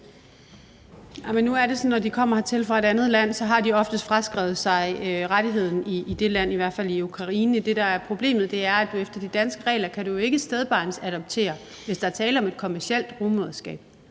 når de kommer hertil fra et andet land, har de ofte fraskrevet sig rettigheden i det land, i hvert fald i Ukraine. Det, der er problemet, er, at efter de danske regler kan man jo ikke stedbarnsadoptere, hvis der er tale om et kommercielt rugemødreskab.